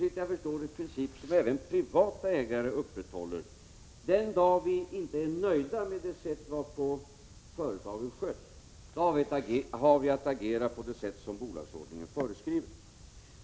Detta är såvitt jag vet en princip som även privata ägare upprätthåller. Den dag vi inte är nöjda med det sätt varpå företagen sköts har vi att agera på det sätt bolagsordningen föreskriver.